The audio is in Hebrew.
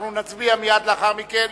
אנחנו נצביע מייד לאחר מכן,